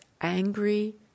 angry